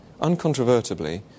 uncontrovertibly